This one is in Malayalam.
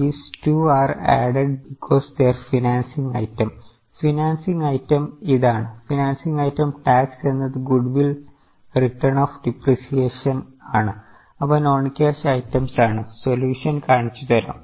these two are added because their financing item financing item ഇതാണ് ഫിനാൻസിംഗ് ഐറ്റം ടാക്സ് എന്നത് ഗുഡ്വിൽ റൈറ്റൻ ഓഫ് ഡിപ്രിസിയേഷൻ ആണ് കാണിച്ചുതരാം